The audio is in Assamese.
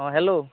অ' হেল্ল'